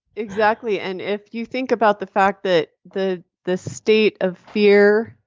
exactly. and if you think about the fact that the the state of fear,